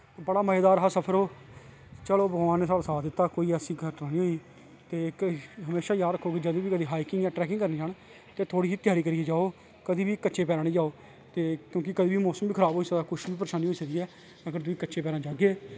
बड़ा मज़ेदार हा सफर ओह् चलो भगवान नै साढ़ा साथ दित्ता कोई ऐसा घटनां नी होई ते इक हमेशा याद रक्खो कि जदूं बी हाईकिंग जां टॅकिंग करन जाओ ते हमेशै तैयारी करियै जाओ कदैं बी कच्चे पैरां नी जाओ क्यंकि कदैं मौसम बी खराब होई सकदा कुछ बी परेशानी होई सकदी ऐ लेकिन तुस कच्चे पैरां जाह्गे